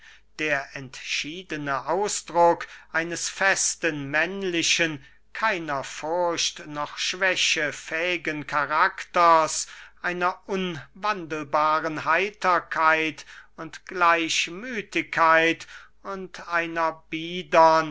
der entschiedene ausdruck eines festen männlichen keiner furcht noch schwäche fähigen karakters einer unwandelbaren heiterkeit und gleichmüthigkeit und einer